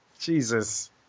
Jesus